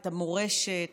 את המורשת,